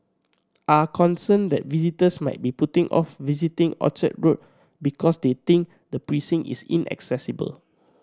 are concerned that visitors might be putting off visiting Orchard Road because they think the precinct is inaccessible